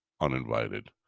uninvited